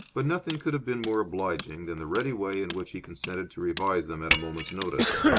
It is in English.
but nothing could have been more obliging than the ready way in which he consented to revise them at a moment's notice.